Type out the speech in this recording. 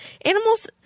Animals